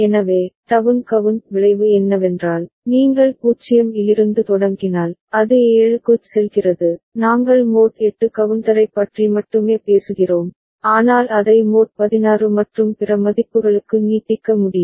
எனவே down count விளைவு என்னவென்றால் நீங்கள் 0 இலிருந்து தொடங்கினால் அது 7 க்குச் செல்கிறது நாங்கள் மோட் 8 கவுண்டரைப் பற்றி மட்டுமே பேசுகிறோம் ஆனால் அதை மோட் பதினாறு மற்றும் பிற மதிப்புகளுக்கு நீட்டிக்க முடியும்